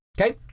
Okay